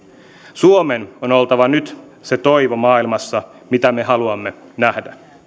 suomen on oltava nyt se toivo maailmassa mitä me haluamme nähdä